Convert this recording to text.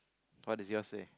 what does yours say